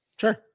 Sure